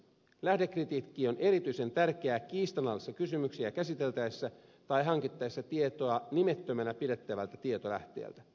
lähdekritiikki on erityisen tärkeää kiistanalaisia kysymyksiä käsiteltäessä tai hankittaessa tietoja nimettömänä pidettävältä tietolähteeltä